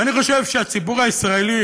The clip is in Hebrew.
ואני חושב שהציבור הישראלי,